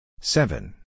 Seven